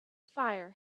fire